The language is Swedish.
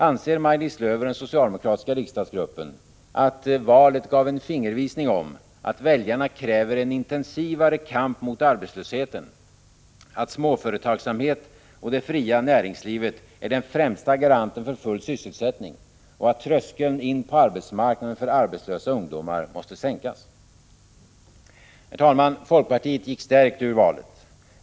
Anser Maj-Lis Lööw och den socialdemokratiska riksdagsgruppen att folkpartiets framgång i valet gav en fingervisning om att väljarna kräver en intensivare kamp mot arbetslösheten, att småföretagsamheten och det fria näringslivet är den främsta garanten för full sysselsättning och att tröskeln in på arbetsmarknaden för arbetslösa ungdomar måste sänkas? Herr talman! Folkpartiet gick stärkt ur valet.